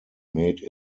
made